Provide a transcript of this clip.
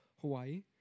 Hawaii